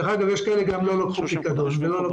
יש גם כאלה שלא לקחו פיקדון ולא לקחו